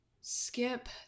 skip